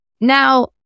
Now